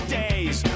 days